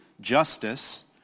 justice